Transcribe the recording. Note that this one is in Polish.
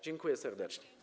Dziękuję serdecznie.